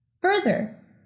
Further